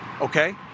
okay